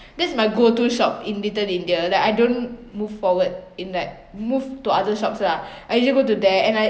this is my go-to shop in little india that I don't move forward in like move to other shops lah I usually go to there and I